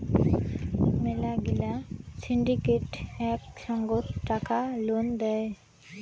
মেলা গিলা সিন্ডিকেট এক সঙ্গত টাকা লোন দেয়